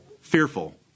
Fearful